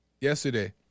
yesterday